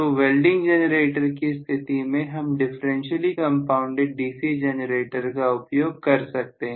तो welding generator की स्थिति में हम डिफरेंशियली कंपाउंडेड डीसी जनरेटर का उपयोग कर सकते हैं